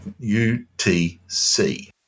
UTC